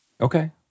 Okay